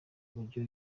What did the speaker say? buryo